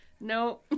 no